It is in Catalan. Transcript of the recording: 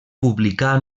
publicà